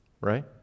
right